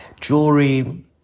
jewelry